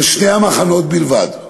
בין שני המחנות בלבד,